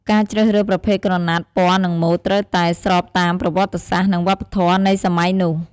ការជ្រើសរើសប្រភេទក្រណាត់ ពណ៌ និងម៉ូដ ត្រូវតែស្របតាមប្រវត្តិសាស្ត្រ និងវប្បធម៌នៃសម័យនោះ ។